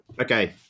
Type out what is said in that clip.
okay